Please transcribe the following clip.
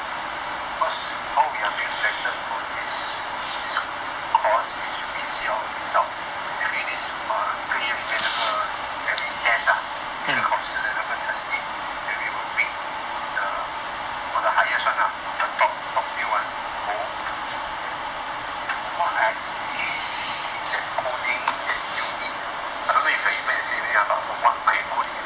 cause how we are being selected for this this course is we see our results basically this err 一个月里面那个 every test ah 每个考试的那个成绩 then we will pick the or the highest one lah the top top few [one] to go then from what I see in that coding that unit I don't know if we are even in same unit lah but from what my coding unit is